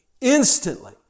instantly